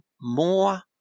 more